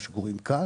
מה שקוראים כאל.